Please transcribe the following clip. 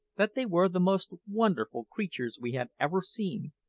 that they were the most wonderful creatures we had ever seen,